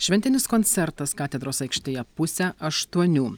šventinis koncertas katedros aikštėje pusę aštuonių